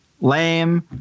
lame